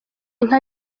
nka